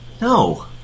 No